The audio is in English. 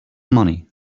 money